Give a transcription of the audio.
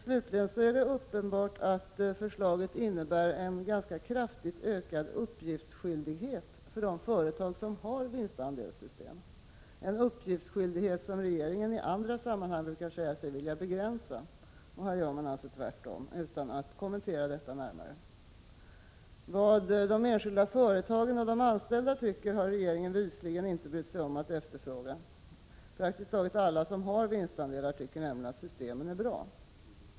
Slutligen är det uppenbart att förslaget innebär en ganska kraftigt ökad uppgiftsskyldighet för de företag som har vinstandelssystem — en uppgiftsskyldighet som regeringen i andra sammanhang brukar säga sig vilja begränsa. Här gör man alltså tvärtom, utan att kommentera det närmare. Vad de enskilda företagen och de anställda tycker har regeringen visligen inte brytt sig om att efterfråga. Praktiskt taget alla som har vinstandelar tycker nämligen att systemen är bra.